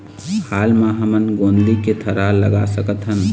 हाल मा हमन गोंदली के थरहा लगा सकतहन?